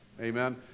Amen